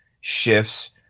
shifts